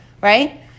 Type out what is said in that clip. right